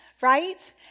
right